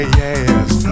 yes